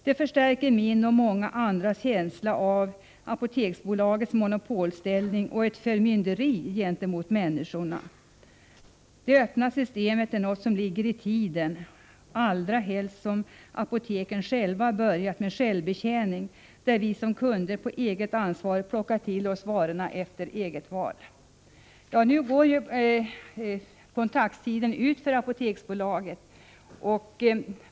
Det förstärker min och många andras känsla av Apoteksbolagets monopolställning och ett förmynderi gentemot människorna. Det öppna systemet är något som ligger i tiden, allra helst som apoteken själva börjat med självbetjäning, där vi som kunder på eget ansvar plockar till oss varorna efter eget val. Nu går kontraktstiden ut för Apoteksbolaget.